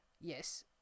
yes